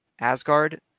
Asgard